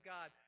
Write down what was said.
God